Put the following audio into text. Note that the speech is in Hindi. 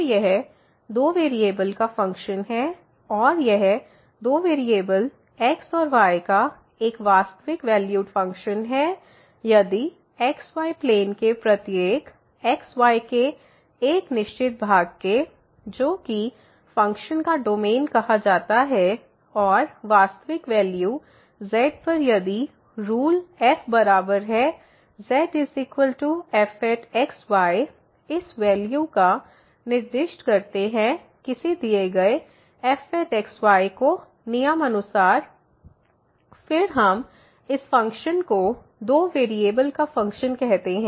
तो यह दो वेरिएबल का फ़ंक्शन है और यह दो वेरिएबल x और y का एक वास्तविक वैल्युड फ़ंक्शन है यदि xy प्लेन के प्रत्येक xyके एक निश्चित भाग के जो कि फ़ंक्शन का डोमेन कहा जाता है और वास्तविक वैल्यू z पर यदि रूल f बराबर है zfxy इस वैल्यू का निर्दिष्ट करते हैं किसी दिए गए fxy के नियम अनुसार फिर हम इस फ़ंक्शन को दो वेरिएबल का फ़ंक्शन कहते हैं